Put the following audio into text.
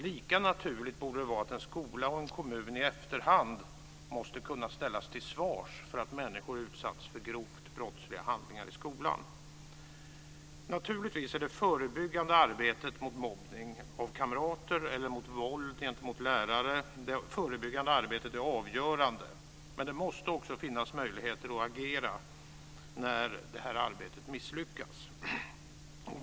Lika naturligt borde det vara att en skola och en kommun i efterhand måste kunna ställas till svars för att människor utsatts för grovt brottsliga handlingar i skolan. Naturligtvis är det förebyggande arbetet mot mobbning av kamrater eller mot våld gentemot lärande avgörande. Men det måste också finnas möjligheter att agera när detta arbete misslyckas.